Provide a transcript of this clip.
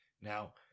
now